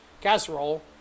casserole